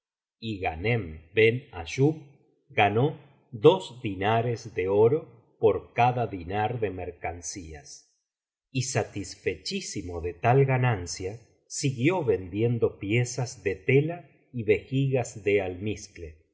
y ghanem ben ayub ganó dos dinares de oro por cada diñar de mercancías y satisfechísimo de tal ganáncia siguió vendiendo piezas de tela y vejigas de almizcle